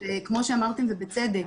כמו שאמרתם, ובצדק,